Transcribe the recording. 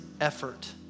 effort